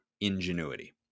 ingenuity